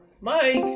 Mike